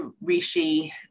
Rishi